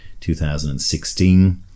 2016